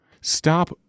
Stop